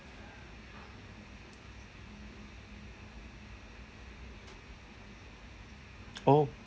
oh